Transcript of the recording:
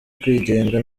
kwigenga